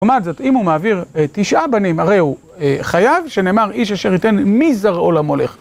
לעומת זאת, אם הוא מעביר תשעה בנים, הרי הוא חייב, שנאמר, איש אשר ייתן מזרעו למולך.